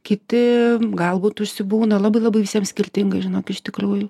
kiti galbūt užsibūna labai labai visiem skirtingai žinok iš tikrųjų